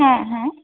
হ্যাঁ হ্যাঁ